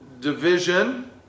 division